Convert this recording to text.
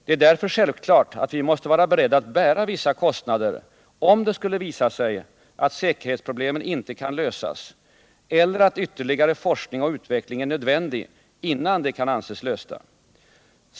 Det är därför självklart att vi måste vara beredda att bära vissa kostnader om det skulle visa sig att säkerhetsproblemen inte kan lösas eller att ytterligare forskning och utveckling är nödvändig innan de kan anses lösta.